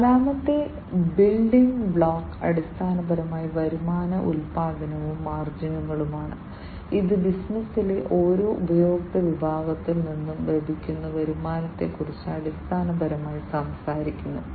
നാലാമത്തെ building block അടിസ്ഥാനപരമായി വരുമാന ഉൽപ്പാദനവും മാർജിനുകളുമാണ് ഇത് ബിസിനസ്സിലെ ഓരോ ഉപഭോക്തൃ വിഭാഗത്തിൽ നിന്നും ലഭിക്കുന്ന വരുമാനത്തെക്കുറിച്ച് അടിസ്ഥാനപരമായി സംസാരിക്കുന്നു